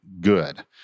good